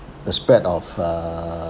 the spread of uh